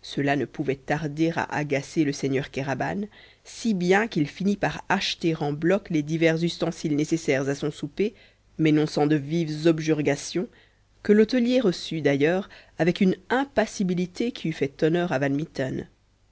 cela ne pouvait tarder à agacer le seigneur kéraban si bien qu'il finit par acheter en bloc les divers ustensiles nécessaires à son souper mais non sans de vives objurgations que l'hôtelier reçut d'ailleurs avec une impassibilité qui eût fait honneur à